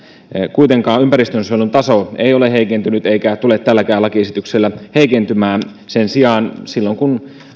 kuitenkaan ympäristönsuojelun taso ei ole heikentynyt eikä tule tälläkään lakiesityksellä heikentymään sen sijaan silloin kun